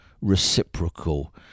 reciprocal